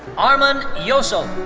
arman yosal.